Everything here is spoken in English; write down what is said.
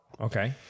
Okay